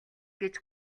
гэж